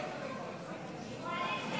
קואליציה,